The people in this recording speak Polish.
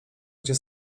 gdzie